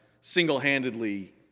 single-handedly